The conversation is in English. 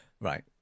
Right